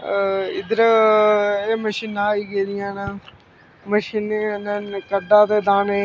इध्दर एह् मशीनां आई गेदियां न मशीनें कन्नै क'ड्डा दाने